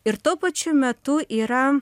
ir tuo pačiu metu yra